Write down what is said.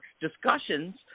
discussions